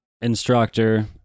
instructor